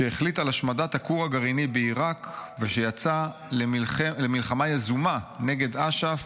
שהחליט על השמדת הכור הגרעיני בעיראק ושיצא למלחמה יזומה נגד אש"ף,